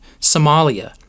Somalia